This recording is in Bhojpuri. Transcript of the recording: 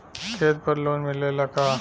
खेत पर लोन मिलेला का?